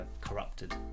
corrupted